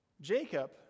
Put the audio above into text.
Jacob